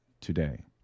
today